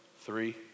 Three